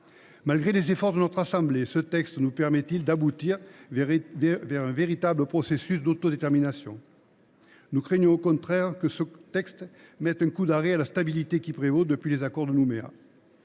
Malgré les efforts de notre assemblée, ce texte nous permettra t il d’aboutir à un véritable processus d’autodétermination ? Nous craignons, au contraire, qu’il ne mette un coup d’arrêt à la stabilité qui prévaut depuis l’accord de Nouméa.